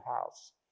house